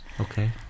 Okay